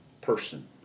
person